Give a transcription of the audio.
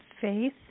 faith